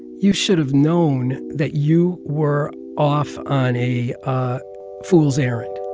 you should have known that you were off on a fool's errand.